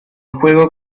juego